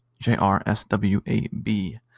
J-R-S-W-A-B